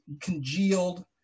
congealed